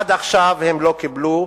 עד עכשיו הם לא קיבלו,